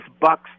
bucks